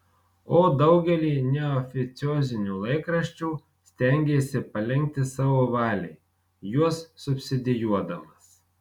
o daugelį neoficiozinių laikraščių stengėsi palenkti savo valiai juos subsidijuodamas